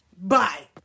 Bye